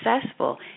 successful